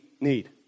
need